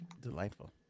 Delightful